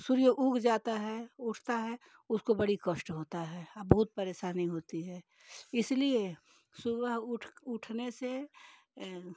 सूर्य उग जाता है उठता है उसको बड़ी कष्ट होता है और बहुत परेशानी होती है इसीलिए सुबह उठ उठने से